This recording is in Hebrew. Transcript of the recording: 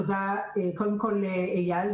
תודה לאייל,